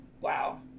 Wow